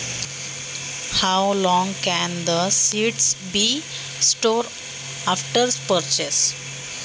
बियाणे विकत घेतल्यानंतर किती दिवस साठवणूक करू शकतो?